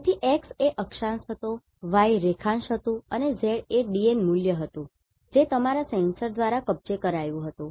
તેથી x એ અક્ષાંશ હતો y રેખાંશ હતું અને Z એ DN મૂલ્ય હતું જે તમારા સેન્સર દ્વારા કબજે કરાયું હતું